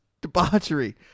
debauchery